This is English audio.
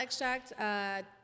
extract